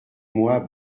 moi